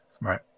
right